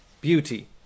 beauty